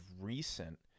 recent